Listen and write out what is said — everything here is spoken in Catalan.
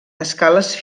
escales